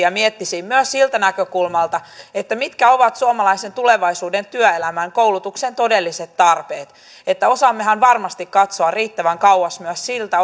ja miettisi myös siitä näkökulmasta mitkä ovat suomalaisen tulevaisuuden työelämän koulutuksen todelliset tarpeet että osaammehan varmasti katsoa riittävän kauas myös siltä